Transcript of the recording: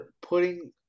putting